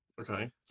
Okay